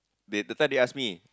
the that time he asked me